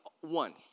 one